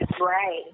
Right